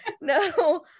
No